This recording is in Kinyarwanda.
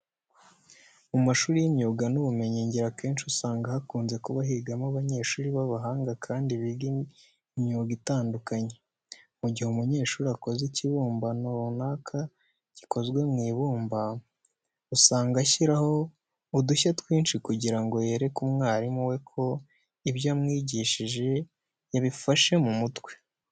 Mu mashuri y'imyuga n'ubumenyingiro akenshi usanga hakunze kuba higamo abanyeshuri b'abahanga kandi biga imyuga itandukanye. Mu gihe umunyeshuri akoze ikibumbano runaka gikozwe mu ibumba, usanga ashyiraho udushya twinshi kugira ngo yereke umwarimu we ko ibyo yamwigishije yabifashe mu mutwe.